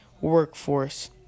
workforce